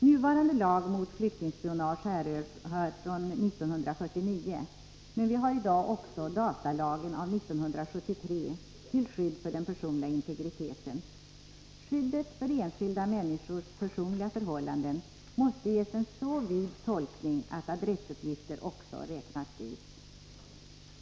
Nuvarande lag mot flyktingspionage härrör från 1949, men vi har i dag också datalagen från 1973 till skydd för den personliga integriteten. Skyddet för enskilda människors personliga förhållanden måste ges en så vid tolkning, att adressuppgifter också räknas dit.